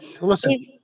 Listen